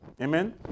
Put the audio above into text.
Amen